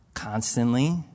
constantly